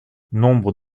nombre